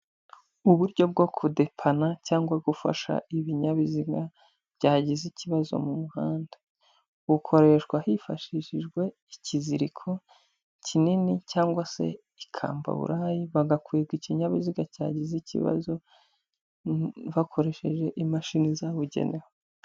Uburyo bwo kudepana cyangwa gufasha ibinyabiziga byagize ikibazo mu muhanda bukoreshwa hifashishijwe ikiziriko kinini cyangwa se ikambaburayi bagakwega ikinyabiziga cyagize ikibazo bakoresheje imashini zabugenewe.